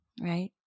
right